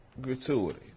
gratuity